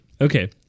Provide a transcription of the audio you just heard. Okay